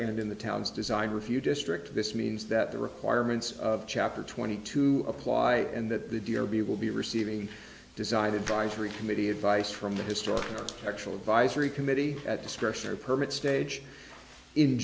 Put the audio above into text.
and in the towns design review district this means that the requirements of chapter twenty two apply and that the d o b will be receiving the design advisory committee advice from the historic actual advisory committee at discretion or permit stage in